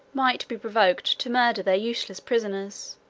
might be provoked to murder, their useless prisoners